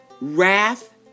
wrath